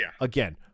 again